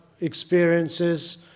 experiences